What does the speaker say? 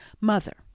mother